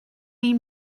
mean